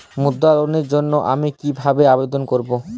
মুদ্রা লোনের জন্য আমি কিভাবে আবেদন করবো?